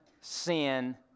sin